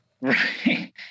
Right